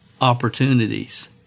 opportunities